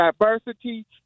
diversity